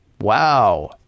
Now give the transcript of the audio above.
Wow